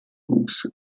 wuchs